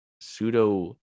pseudo